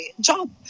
job